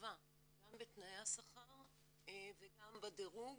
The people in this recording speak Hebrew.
להטבה גם בתנאי השכר וגם בדירוג,